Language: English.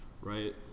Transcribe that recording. right